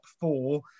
four